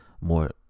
more